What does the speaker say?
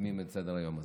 חותמים את סדר-היום הזה.